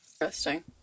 Interesting